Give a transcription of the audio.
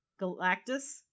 Galactus